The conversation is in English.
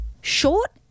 short